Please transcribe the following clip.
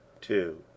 two